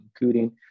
including